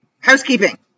housekeeping